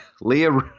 Leah